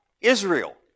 Israel